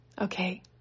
okay